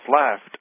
left